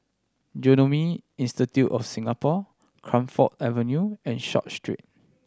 Genome Institute of Singapore Camphor Avenue and Short Street